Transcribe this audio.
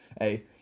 hey